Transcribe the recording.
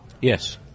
yes